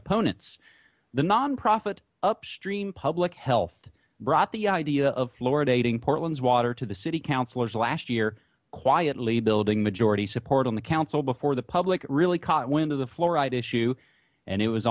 opponents the nonprofit upstream public health brought the idea of florida eating portland's water to the city councillors last year quietly building majority support on the council before the public really caught wind of the fluoride issue and it was